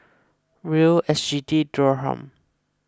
Riel S G D Dirham